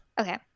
Okay